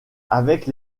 avec